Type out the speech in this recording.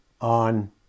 on